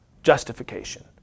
Justification